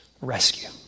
rescue